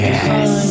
Yes